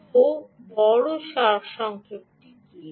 তো বড় সারসংক্ষেপটি কী